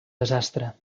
desastre